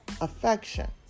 affection